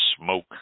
smoke